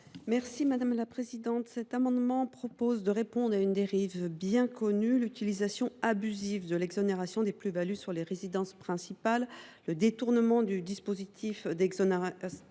n° I 796 rectifié. Cet amendement vise à répondre à une dérive bien connue : l’utilisation abusive de l’exonération des plus values sur les résidences principales. Le détournement de ce dispositif d’exonération